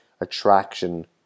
attraction